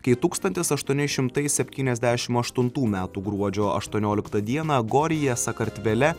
kai tūkstantis aštuoni šimtai septyniasdešim aštuntų metų gruodžio aštuonioliktą dieną goryje sakartvele